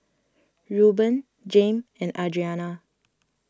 Reuben Jame and Adriana